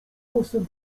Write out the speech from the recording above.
głosem